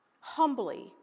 humbly